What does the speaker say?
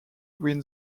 win